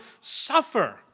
suffer